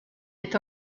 est